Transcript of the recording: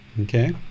okay